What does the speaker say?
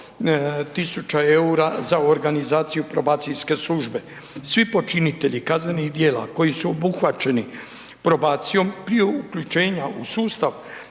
EUR-a za organizaciju probacijske službe. Svi počinitelji kaznenih djela koji su obuhvaćeni probacijom, prije uključenja u sustav